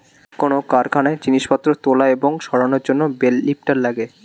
কোন কারখানায় জিনিসপত্র তোলা এবং সরানোর জন্যে বেল লিফ্টার লাগে